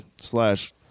slash